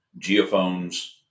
geophones